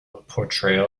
portrayal